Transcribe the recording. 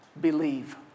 believe